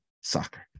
soccer